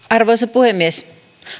arvoisa puhemies